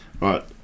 Right